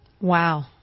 Wow